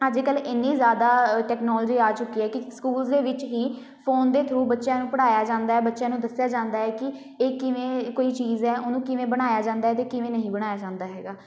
ਅੱਜ ਕੱਲ੍ਹ ਇੰਨੀ ਜ਼ਿਆਦਾ ਅ ਟੈਕਨੋਲੋਜੀ ਆ ਚੁੱਕੀ ਆ ਕਿ ਸਕੂਲਜ਼ ਦੇ ਵਿੱਚ ਹੀ ਫੋਨ ਦੇ ਥਰੂ ਬੱਚਿਆਂ ਨੂੰ ਪੜ੍ਹਾਇਆ ਜਾਂਦਾ ਬੱਚਿਆਂ ਨੂੰ ਦੱਸਿਆ ਜਾਂਦਾ ਹੈ ਕਿ ਇਹ ਕਿਵੇਂ ਕੋਈ ਚੀਜ਼ ਹੈ ਉਹਨੂੰ ਕਿਵੇਂ ਬਣਾਇਆ ਜਾਂਦਾ ਅਤੇ ਕਿਵੇਂ ਨਹੀਂ ਬਣਾਇਆ ਜਾਂਦਾ ਹੈਗਾ